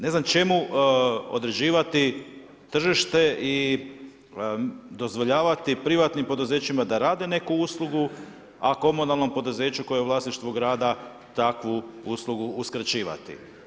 Ne znam čemu određivati tržište i dozvoljavati privatnim poduzećima da rade neku uslugu a komunalnom poduzeću koje je vlasništvo grada, takvu uslugu uskraćivati.